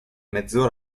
mezzo